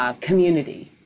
community